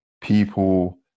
people